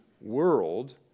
world